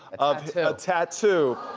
of a tattoo.